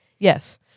Yes